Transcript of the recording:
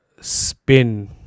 spin